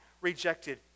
rejected